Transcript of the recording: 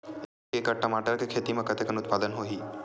एक एकड़ टमाटर के खेती म कतेकन उत्पादन होही?